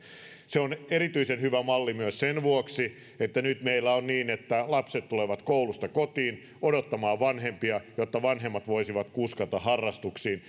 se on erityisen hyvä malli myös sen vuoksi että nyt meillä on niin että lapset tulevat koulusta kotiin odottamaan vanhempia jotta vanhemmat voisivat kuskata harrastuksiin